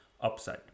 upside